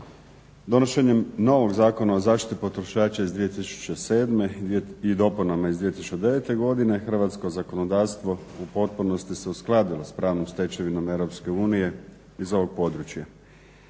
Donošenjem novog Zakona o zaštiti potrošača iz 2007. i dopunama iz 2009. godine hrvatsko zakonodavstvo u potpunosti se uskladilo sa pravnom stečevinom Europske unije iz ovog područja.